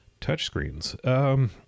Touchscreens